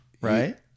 right